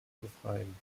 befreien